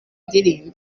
ndirimbo